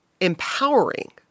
empowering